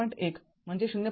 १ म्हणजे ०